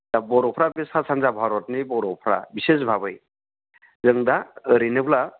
दा बर'फ्रा बे सा सानजा भारतनि बर'फ्रा बिसेसभाबै जों दा ओरैनोब्ला